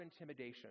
intimidation